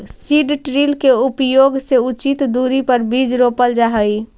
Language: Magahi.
सीड ड्रिल के उपयोग से उचित दूरी पर बीज रोपल जा हई